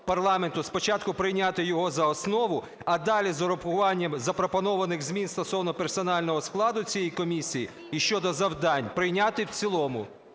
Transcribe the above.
спочатку прийняти його за основу, а далі з врахуванням запропонованих змін стосовно персонального складу цієї комісії і щодо завдань прийняти в цілому.